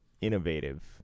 innovative